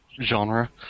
genre